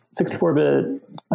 64-bit